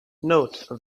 note